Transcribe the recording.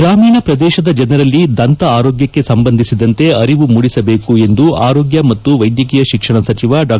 ಗೂಮೀಣ ಪ್ರದೇಶದ ಜನರಲ್ಲಿ ದಂತ ಆರೋಗ್ಟಕ್ಕೆ ಸಂಬಂಧಿಸಿದಂತೆ ಅರಿವು ಮೂಡಿಸಬೇಕು ಎಂದು ಆರೋಗ್ಯ ಮತ್ತು ವೈದ್ಯಕೀಯ ಶಿಕ್ಷಣ ಸಚಿವ ಡಾ